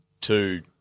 two